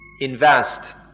invest